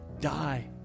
die